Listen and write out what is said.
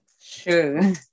Sure